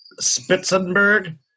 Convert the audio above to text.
Spitzenberg